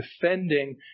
defending